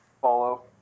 follow